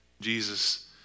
Jesus